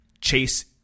Chase